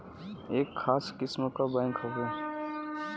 एक खास किस्म क बैंक हउवे